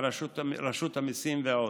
רשות המיסים ועוד.